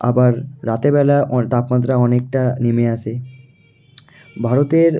আবার রাত্রিবেলা অন তাপমাত্রা অনেকটা নেমে আসে ভারতের